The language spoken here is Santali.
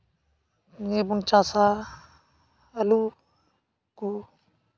ᱱᱤᱭᱟᱵᱚᱱ ᱪᱟᱥᱼᱟ ᱟᱹᱞᱩ ᱠᱚ